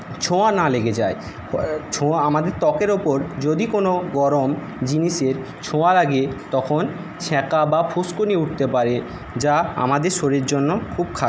ছোঁয়া না লেগে যায় আমাদের ত্বকের ওপর যদি কোনো গরম জিনিসের ছোঁয়া লাগে তখন ছ্যাঁকা বা ফুসকুনি উঠতে পারে যা আমাদের শরীরের জন্য খুব খারাপ